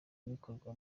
bikorwa